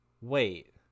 Wait